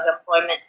employment